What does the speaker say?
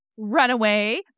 runaway